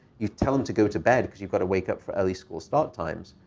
you tell them to go to bed because you've got to wake up for early school start times,